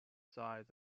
size